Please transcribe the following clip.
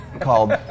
called